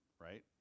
right